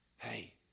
Hey